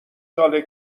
ساله